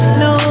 no